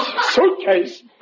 suitcase